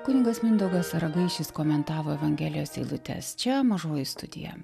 kunigas mindaugas ragaišis komentavo evangelijos eilutes čia mažoji studija